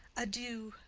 adieu,